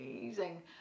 amazing